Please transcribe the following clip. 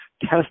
Test